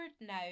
now